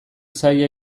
zaila